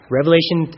Revelation